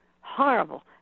horrible